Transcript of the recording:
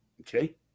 Okay